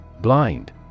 Blind